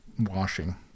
washing